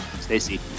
Stacy